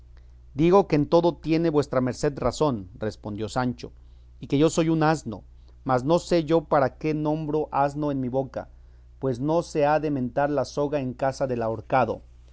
digo que en todo tiene vuestra merced razón respondió sancho y que yo soy un asno mas no sé yo para qué nombro asno en mi boca pues no se ha de mentar la soga en casa del ahorcado